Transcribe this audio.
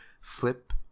Flip